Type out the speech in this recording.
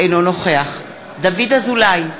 אינו נוכח דוד אזולאי,